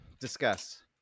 Discuss